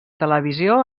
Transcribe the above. televisió